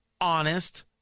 honest